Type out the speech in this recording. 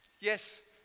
Yes